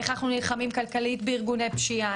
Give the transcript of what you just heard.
איך אנחנו נלחמים כלכלית בארגוני פשיעה,